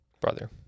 brother